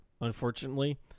unfortunately